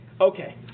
Okay